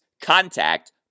contact